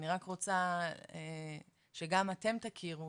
אני רק רוצה שגם אתם תכירו